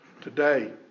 today